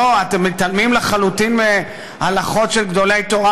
לא, אתם מתעלמים לחלוטין מהלכות של גדולי תורה.